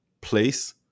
place